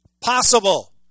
possible